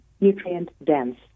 nutrient-dense